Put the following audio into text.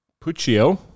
Puccio